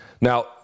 Now